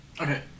okay